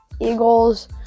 Eagles